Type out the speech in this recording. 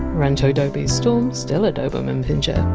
ranco dobe's stor, um still a doberman pinscher.